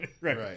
Right